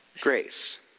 grace